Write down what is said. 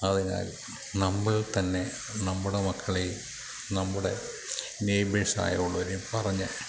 അതിനായി നമ്മൾ തന്നെ നമ്മുടെ മക്കളെയും നമ്മുടെ നയ്ബേഴ്സ് ആയിയുള്ളവരെയും പറഞ്ഞ്